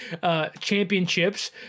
championships